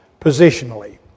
positionally